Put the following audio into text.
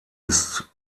ist